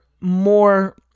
more